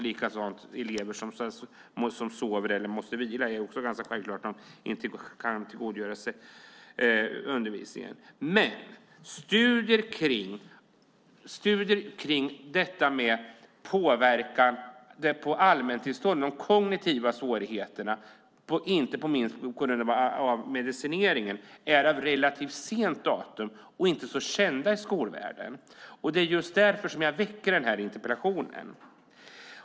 Likaså är det ganska självklart att elever som måste sova eller vila efter ett anfall inte kan tillgodogöra sig undervisningen. Men studierna kring detta med påverkan på allmäntillståndet, de kognitiva svårigheterna inte minst på grund av medicineringen, är av relativt sent datum och inte så kända i skolvärlden. Det är just därför som jag har väckt den här interpellationen.